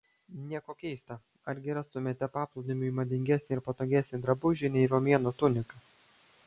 nieko keista argi rastumėte paplūdimiui madingesnį ir patogesnį drabužį nei romėnų tunika